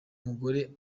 mugore